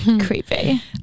creepy